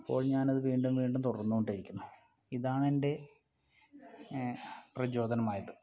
അപ്പോൾ ഞാനത് വീണ്ടും വീണ്ടും തുടർന്നുകൊണ്ടേയിരിക്കുന്നു ഇതാണെൻ്റെ പ്രചോദനമായത്